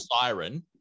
siren